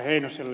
heinoselle